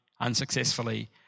unsuccessfully